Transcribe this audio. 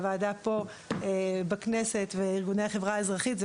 הוועדה פה בכנסת וארגוני החברה האזרחית,